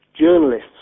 journalists